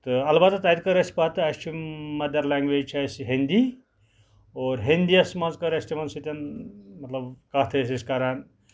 تہٕ اَلبتہٕ تَتہِ کٔر اَسہِ پَتہٕ اَسہِ چھِ مَدر لینگویج چھِ اَسہِ ہِندی اور ہِندیِس منٛز کٔر اَسہِ تِمن سۭتۍ مطلب کَتھ ٲسۍ أسۍ کران